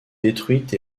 détruite